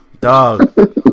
Dog